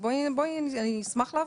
אשמח להבין.